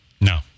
No